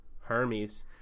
Hermes